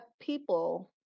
people